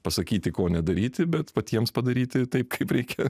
pasakyti ko nedaryti bet patiems padaryti taip kaip reikia